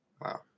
Wow